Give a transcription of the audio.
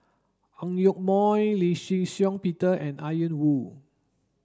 Ang Yoke Mooi Lee Shih Shiong Peter and Ian Woo